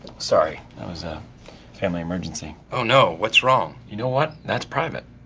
sorry, that was a family emergency. oh no, what's wrong? you know what? that's private.